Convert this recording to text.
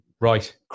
Right